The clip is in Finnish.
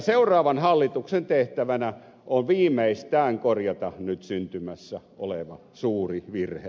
seuraavan hallituksen tehtävänä on viimeistään korjata nyt syntymässä oleva suuri virhe